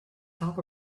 atop